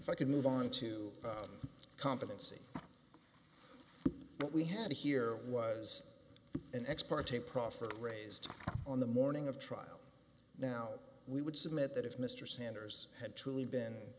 if i could move on to d competency what we had here was an ex parte proffer raised on the morning of trial now we would submit that if mr sanders had truly been